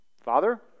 Father